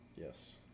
Yes